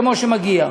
כמו שמגיע.